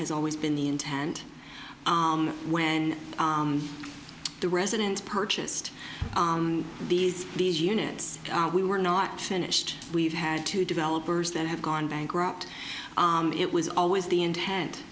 has always been the intent when the residents purchased these these units we were not finished we've had two developers that have gone bankrupt it was always the intent